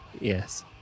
Yes